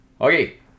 Okay